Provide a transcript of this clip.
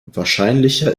wahrscheinlicher